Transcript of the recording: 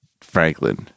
Franklin